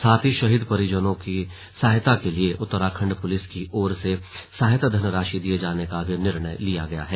साथ ही शहीद परिजनों की सहायता के लिए उत्तराखण्ड पुलिस की ओर से सहायता धनराशि दिये जाने का भी निर्णय लिया गया है